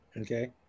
okay